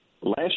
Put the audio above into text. Last